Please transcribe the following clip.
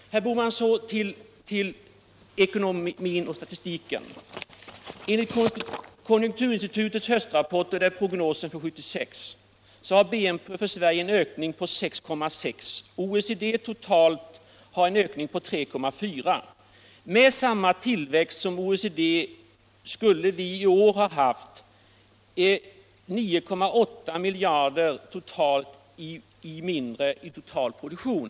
Så till ekonomin och statistiken, herr Bohman! Enligt konjunkturinstitutets höstrapport — det är prognosen för 1976 — har Sverige under perioden 1973-1976 en ökning med 6,6 ”6 av den ekonomiska tillväxten. OECD totalt har en ökning med 3,4 96. Med samma tillväxt som OECD totalt skulle vi i år ha haft 9,8 miljarder mindre i total produktion.